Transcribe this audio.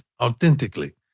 authentically